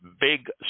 Big